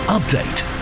Update